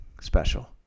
special